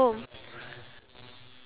iya